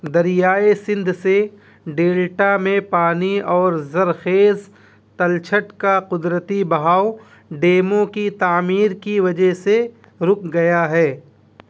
دریائے سندھ سے ڈیلٹا میں پانی اور زرخیز تلچھٹ کا قدرتی بہاؤ ڈیموں کی تعمیر کی وجہ سے رک گیا ہے